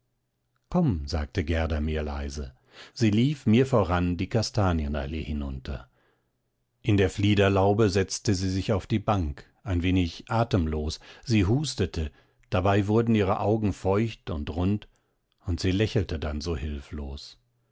komm sagte gerda mir leise sie lief mir voran die kastanienallee hinunter in der fliederlaube setzte sie sich auf die bank ein wenig atemlos sie hustete dabei wurden ihre augen feucht und rund und sie lächelte dann so hilflos